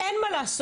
אין מה לעשות.